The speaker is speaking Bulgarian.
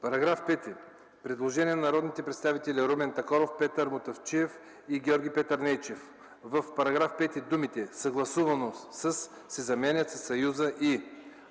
По § 5 има предложение на народните представители Румен Такоров, Петър Мутафчиев и Георги Петърнейчев – в § 5 думите „съгласувано с” се заменят със съюза „и”.